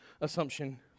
assumption